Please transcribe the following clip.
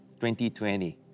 2020